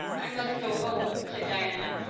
i must go home, said diana,